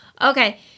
Okay